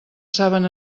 saben